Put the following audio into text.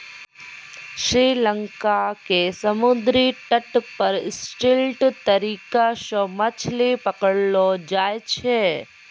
श्री लंका के समुद्री तट पर स्टिल्ट तरीका सॅ मछली पकड़लो जाय छै